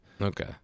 Okay